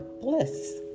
Bliss